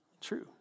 True